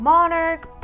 Monarch